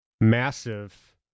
massive